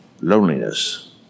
loneliness